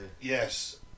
Yes